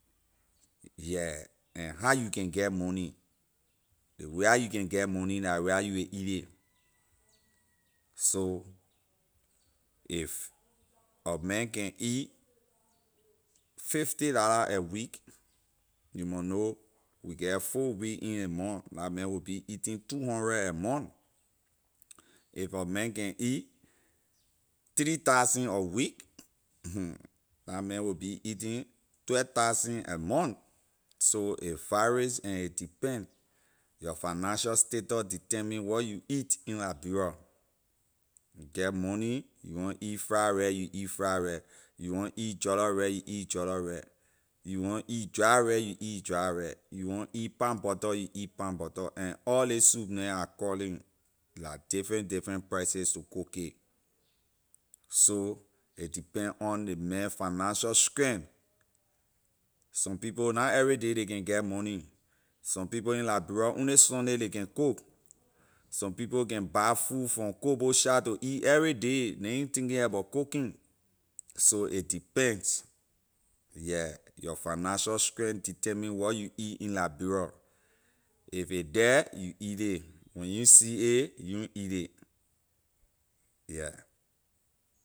Yeah and how you can get money ley way how you can get money la way how you will eat ley so if a man can eat fifty dolla a week you mon know we get four week in ley month la man will be eating two hundred a month if a man can eat three thousand a week la man will be eating twelve thousand a month so a varies and a depend your financial status determine wor you eat in liberia you get money you want eat fried rice you eat fried rice you want eat jolloh rice you eat jolloh rice you want eat dry rice you eat dry rice you want eat palm butter you eat palm butter and all ley soup neh I calling la different different prices to cook it so a depend on ley man financial strength some people na everyday ley can get money some people in liberia only sunday ley can cook some people can buy food from cook bowl shop to eat everyday ley na thinking abor cooking so a depends yeah your financial strength determine wor you eat in liberia if a there you eat ley when you see a you eat ley yeah.